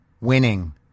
winning